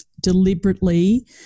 deliberately